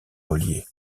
reliées